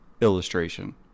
illustration